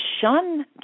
shun